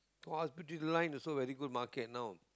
hospitality line also very good market now